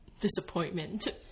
disappointment